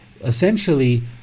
Essentially